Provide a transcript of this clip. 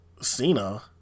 Cena